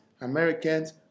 Americans